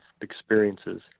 experiences